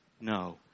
No